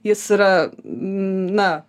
jis yra na